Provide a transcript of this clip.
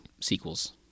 sequels